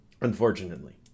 Unfortunately